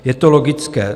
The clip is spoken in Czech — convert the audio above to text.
Je to logické.